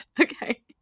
Okay